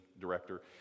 director